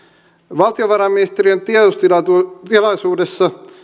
valtiovarainministeriön tiedotustilaisuudessa